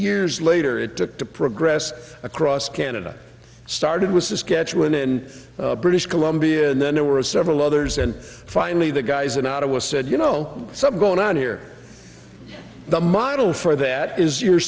years later it took to progress across canada started with the schedule in british columbia and then there were several others and finally the guys or not it was said you know some going on here the model for that is you're